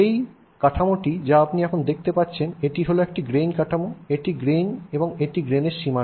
এই কাঠামোটি যা আপনি এখানে দেখতে পাচ্ছেন এটি হল একটি গ্রেইন কাঠামো এটি একটি গ্রেইন এটি গ্রেইনের সীমানা